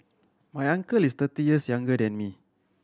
my uncle is thirty years younger than me